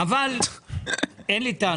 אבל אין לי טענות.